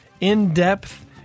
In-Depth